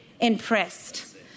impressed